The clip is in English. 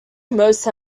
most